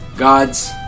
gods